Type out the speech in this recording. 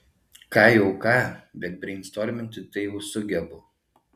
ką jau ką bet breinstorminti tai jau sugebu